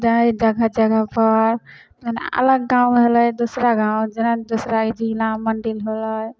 जाहि जगह जगहपर मने अलग गाँव होलै दूसरा गाँव जेना दूसरा जिला मन्डिल होलै